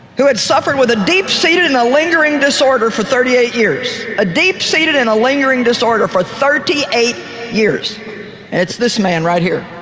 who had suffered with a deep seated and a lingering disorder for thirty eight years, a deep seated and a lingering disorder for thirty eight years it's this man right here.